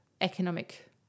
economic